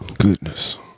goodness